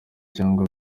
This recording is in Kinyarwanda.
cyangwa